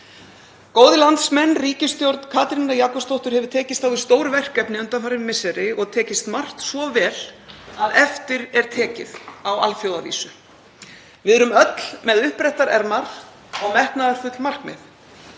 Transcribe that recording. Góðir landsmenn. Ríkisstjórn Katrínar Jakobsdóttur hefur tekist á við stór verkefni undanfarin misseri og tekist margt svo vel að eftir er tekið á alþjóðavísu. Við erum öll með uppbrettar ermar og metnaðarfull markmið.